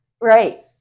right